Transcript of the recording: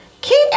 Keep